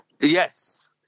Yes